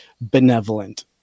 benevolent